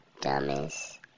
dumbest